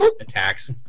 attacks